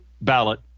ballot